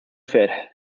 ferħ